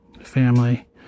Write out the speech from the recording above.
family